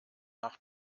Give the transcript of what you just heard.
nach